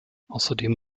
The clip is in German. außerdem